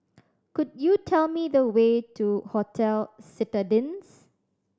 could you tell me the way to Hotel Citadines